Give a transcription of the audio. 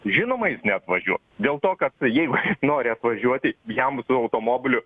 žinoma jis neatvažiuos dėl to kad jeigu nori atvažiuoti jam su automobiliu